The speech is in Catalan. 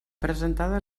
presentada